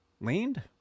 leaned